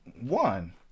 one